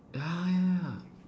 ya ya ya